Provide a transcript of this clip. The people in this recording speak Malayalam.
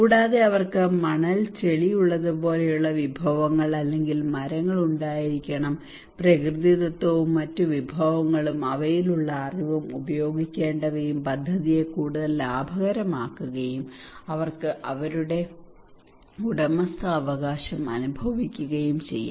കൂടാതെ അവർക്ക് മണൽ ചെളി ഉള്ളത് പോലെയുള്ള വിഭവങ്ങൾ അല്ലെങ്കിൽ മരങ്ങൾ ഉണ്ടായിരിക്കണം പ്രകൃതിദത്തവും മറ്റ് വിഭവങ്ങളും അവയിലുള്ള അറിവും ഉപയോഗിക്കേണ്ടവയും പദ്ധതിയെ കൂടുതൽ ലാഭകരമാക്കുകയും അവർക്ക് അവരുടെ ഉടമസ്ഥാവകാശം അനുഭവിക്കുകയും ചെയ്യാം